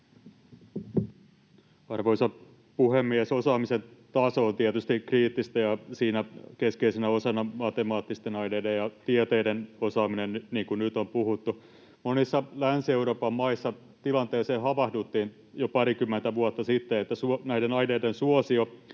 Arvoisa puhemies! Osaamisen taso on tietysti kriittistä ja siinä keskeisenä osana matemaattisten aineiden ja tieteiden osaaminen, niin kuin nyt on puhuttu. Monissa Länsi-Euroopan maissa havahduttiin jo parikymmentä vuotta sitten tilanteeseen, että näiden aineiden suosio